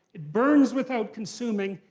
it burns without consuming.